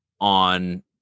on